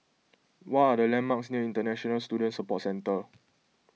what are the landmarks near International Student Support Centre